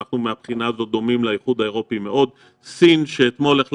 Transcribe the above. מבחינה זו, אנחנו מאוד דומים